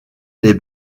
les